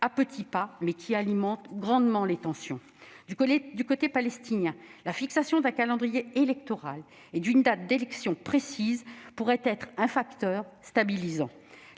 à petits pas, car elles alimentent grandement les tensions. Du côté palestinien, la fixation d'un calendrier électoral et d'une date d'élections précise pourrait être un facteur stabilisant.